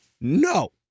No